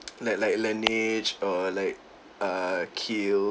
like like Laneige or like err Kiehl~